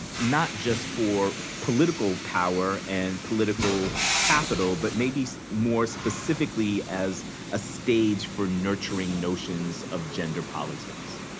not just for political power and political capital, but maybe more specifically as a stage for nurturing notions of gender politics.